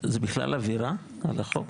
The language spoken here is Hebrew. זה בכלל עבירה על החוק